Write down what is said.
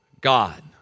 God